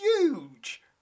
huge